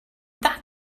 that